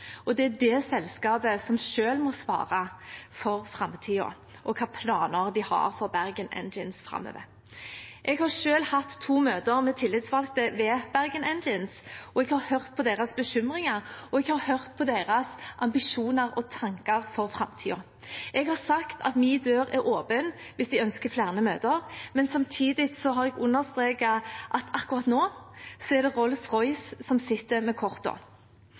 og det er selskapet selv som må svare for framtiden og hvilke planer de har for Bergen Engines framover. Jeg har selv hatt to møter med tillitsvalgte ved Bergen Engines. Jeg har hørt på deres bekymringer, og jeg har hørt på deres ambisjoner og tanker for framtiden. Jeg har sagt at min dør er åpen hvis de ønsker flere møter, men samtidig har jeg understreket at akkurat nå er det Rolls-Royce som sitter med